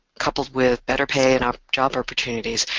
coupled with better pay and um job opportunities,